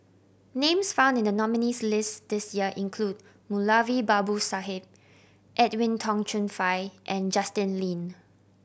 names found in the nominees' list this year include Moulavi Babu Sahib Edwin Tong Chun Fai and Justin Lean